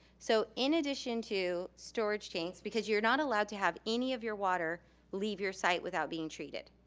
so in addition to storage tanks, because you're not allowed to have any of your water leave your site without being treated.